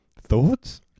Thoughts